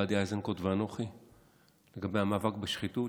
גדי איזנקוט ואנוכי לגבי המאבק בשחיתות,